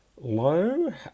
low